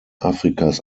afrikas